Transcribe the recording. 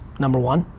number one,